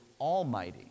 almighty